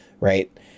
Right